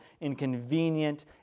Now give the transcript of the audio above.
inconvenient